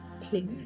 please